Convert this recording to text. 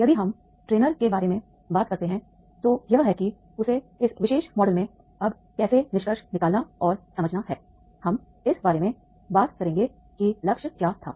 यदि हम ट्रेनर के बारे में बात करते हैं तो यह है कि उसे इस विशेष मॉडल में अब कैसे निष्कर्ष निकालना और समझना है हम इस बारे में बात करेंगे कि लक्ष्य क्या था